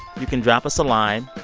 you can drop us a line.